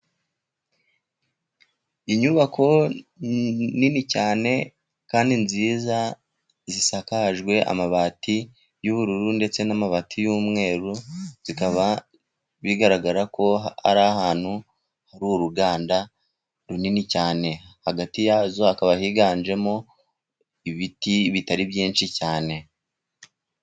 Inyubako nini cyane kandi nziza, zisakajwe amabati y'ubururu ndetse n'amabati y'umweru, bikaba bigaragara ko ari ahantu hari uruganda runini cyane, hagati yazo hakaba higanjemo ibiti bitari byinshi cyane.